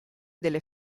delle